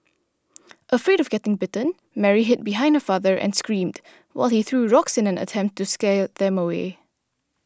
afraid of getting bitten Mary hid behind her father and screamed while he threw rocks in an attempt to scare them away